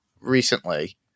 recently